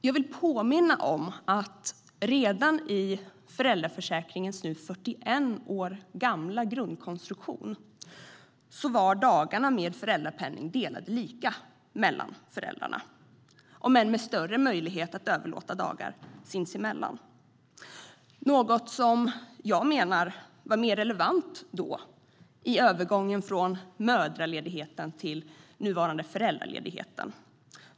Jag vill påminna om att redan i föräldraförsäkringens nu 41 år gamla grundkonstruktion var dagarna med föräldrapenning delade lika mellan föräldrarna, om än med större möjlighet att överlåta dagar sinsemellan - något som jag menar var mer relevant då, i övergången från mödraledigheten till nuvarande föräldraledighet.